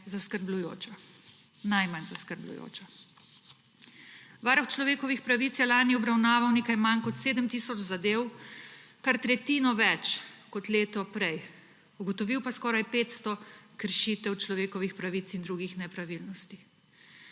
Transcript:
zaskrbljujoča, najmanj zaskrbljujoča. Varuh človekovih pravic je lani obravnaval nekaj manj kot 7 tisoč zadev, kar tretjino več kot leto prej, ugotovil pa skoraj 500 kršitev človekovih pravic in drugih nepravilnosti.